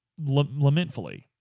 lamentfully